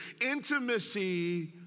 Intimacy